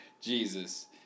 Jesus